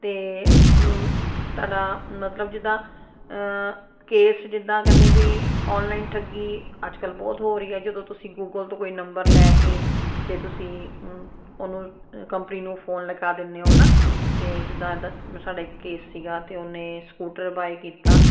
ਅਤੇ ਤੁਹਾਡਾ ਮਤਲਬ ਜਿੱਦਾਂ ਕੇਸ ਜਿੱਦਾਂ ਕਹਿੰਦੇ ਵੀ ਆਨਲਾਈਨ ਠੱਗੀ ਅੱਜ ਕੱਲ੍ਹ ਬਹੁਤ ਹੋ ਰਹੀ ਹੈ ਜਦੋਂ ਤੁਸੀਂ ਗੂਗਲ ਤੋਂ ਕੋਈ ਨੰਬਰ ਲੈ ਕੇ ਅਤੇ ਤੁਸੀਂ ਉਂ ਉਹਨੂੰ ਕੰਪਨੀ ਨੂੰ ਫੋਨ ਲਗਾ ਦਿੰਦੇ ਹੋ ਹੈ ਨਾ ਅਤੇ ਜਿੱਦਾਂ ਦਸ ਸਾਡਾ ਇੱਕ ਕੇਸ ਸੀਗਾ ਅਤੇ ਉਹਨੇ ਸਕੂਟਰ ਬਾਏ ਕੀਤਾ